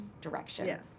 direction